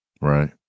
right